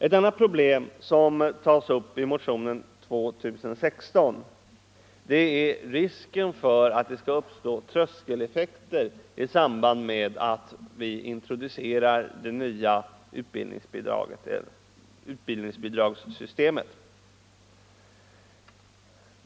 Ett annat problem som tas upp i motionen 2016 är risken för att det kan uppstå tröskeleffekter i samband med att det nya utbildningsbidragssystemet introduceras.